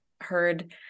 heard